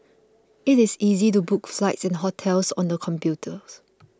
it is easy to book flights and hotels on the computers